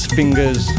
fingers